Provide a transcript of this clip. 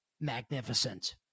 Magnificent